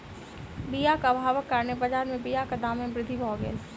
बीयाक अभावक कारणेँ बजार में बीयाक दाम में वृद्धि भअ गेल